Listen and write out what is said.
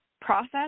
process